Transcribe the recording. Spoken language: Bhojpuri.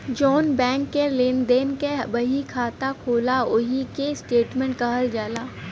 जौन बैंक क लेन देन क बहिखाता होला ओही के स्टेट्मेंट कहल जाला